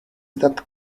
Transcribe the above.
that